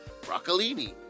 broccolini